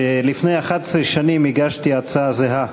שלפני 11 שנים הגשתי הצעה זהה,